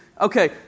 Okay